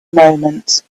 moment